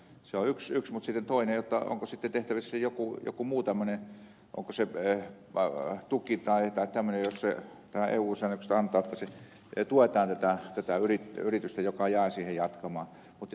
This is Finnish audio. se on yksi mutta sitten toisena olisiko sitten tehtävissä joku muu tämmöinen tuki tai jos eu säännökset sallivat että tuetaan tätä yritystä joka jää siihen jatkamaan